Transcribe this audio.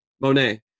Monet